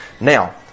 Now